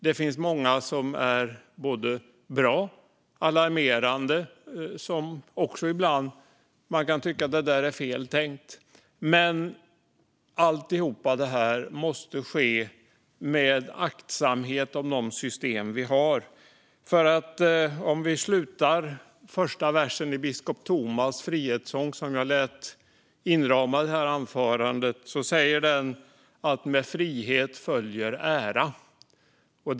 Det finns mycket som är både bra och alarmerande, och ibland sådant som man kan tycka är fel tänkt. Men allt detta måste ske med aktsamhet om de system vi har. Slutet på första versen i biskop Thomas frihetssång, som jag lät inrama detta anförande, säger att med frihet följer ära.